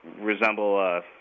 resemble